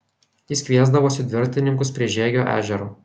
jis kviesdavosi dviratininkus prie žiegio ežero